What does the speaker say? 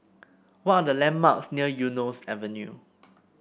what are the landmarks near Eunos Avenue